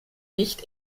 nicht